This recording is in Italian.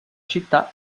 città